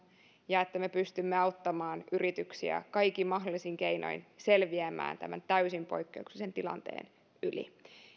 ja että me pystymme auttamaan yrityksiä kaikin mahdollisin keinoin selviämään tämän täysin poikkeuksellisen tilanteen yli ja